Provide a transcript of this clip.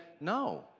no